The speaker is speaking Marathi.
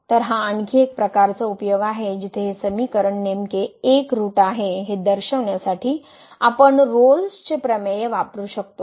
तर हा आणखी एक प्रकारचा उपयोग आहे जिथे हे समीकरण नेमके एक ऋट आहे हे दर्शविण्यासाठी आपण रोल्सचे प्रमेय वापरू शकतो